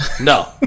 No